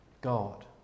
God